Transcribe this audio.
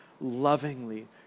lovingly